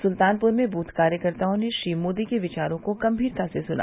सुल्तानपुर में दूथ कार्यकर्ताओं ने श्री मोदी के विचारों को गंभीरता से सुना